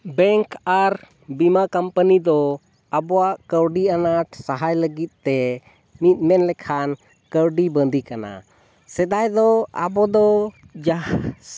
bank ᱟᱨ ᱵᱤᱢᱟ company ᱫᱚ ᱟᱵᱚᱣᱟᱜ ᱠᱟᱹᱣᱰᱤ ᱟᱱᱟᱴ ᱥᱟᱦᱟᱭ ᱞᱟᱹᱜᱤᱫ ᱛᱮ ᱢᱤᱫ ᱢᱮᱱ ᱞᱮᱠᱷᱟᱱ ᱠᱟᱹᱣᱰᱤ ᱵᱟᱸᱫᱤ ᱠᱟᱱᱟ ᱥᱮᱫᱟᱭ ᱫᱚ ᱟᱵᱚ ᱫᱚ ᱡᱟᱦᱟᱸ